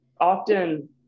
often